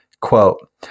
Quote